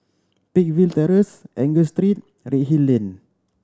Peakville Terrace Angus Street and Redhill Lane